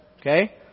Okay